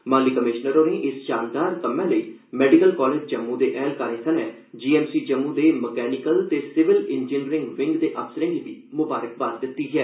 माली कमिशनर होरें इस शानदार कम्मै लेई मेडिकल कालेज जम्मू दे ऐहलकार्रे सने जीएमसी जम्मू दे मकैनिकल ते सिविल इंजीनियरिंग विंग दे अफसरें गी बी म्बारकबाद दित्ती ऐ